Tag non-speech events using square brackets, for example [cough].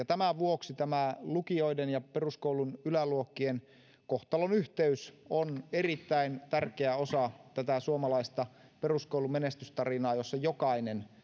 [unintelligible] tämän vuoksi tämä lukioiden ja peruskoulun yläluokkien kohtalonyhteys on erittäin tärkeä osa tätä suomalaista peruskoulun menestystarinaa jossa jokainen